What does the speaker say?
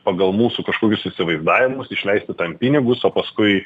pagal mūsų kažkokius įsivaizdavimus išleisti tam pinigus o paskui